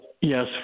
Yes